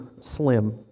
slim